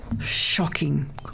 Shocking